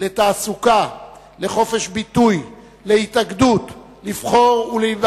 מעצב את חיי אזרחיו ומנהל את ענייני